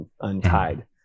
untied